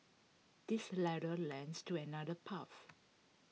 this ladder lads to another path